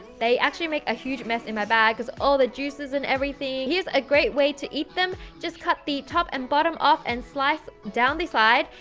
they actually make a huge mess in my bag because all the juices, and everything, here's a great way to eat them, just cut the top, top, and bottom off, and slice down the side,